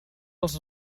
als